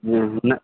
जी नहीं